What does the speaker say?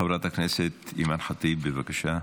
חברת הכנסת אימאן ח'טיב, בבקשה.